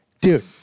Dude